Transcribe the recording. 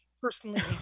personally